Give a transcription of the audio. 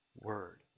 word